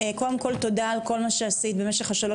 קודם כל תודה על כל מה שעשית במשך השלוש